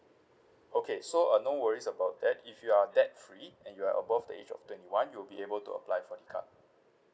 okay so uh no worries about that if you are debt free and you are above the age of twenty one you will be able to apply for the card